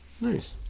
Nice